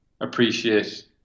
appreciate